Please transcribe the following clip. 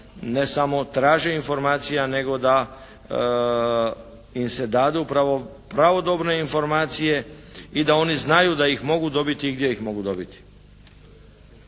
ne samo traže informacija nego da im se dadu upravo pravodobno informacije i da oni znaju da ih mogu dobiti i gdje ih mogu dobiti.